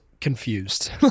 confused